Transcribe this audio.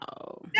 no